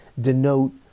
denote